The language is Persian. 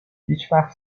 هیچوقت